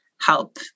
help